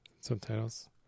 Subtitles